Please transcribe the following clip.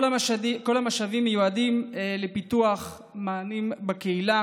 כל המשאבים מיועדים לפיתוח מענים בקהילה.